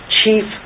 chief